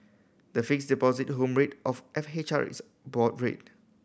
the Fixed Deposit Home Rate of F H R is a board rate